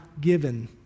given